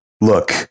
Look